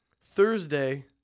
Thursday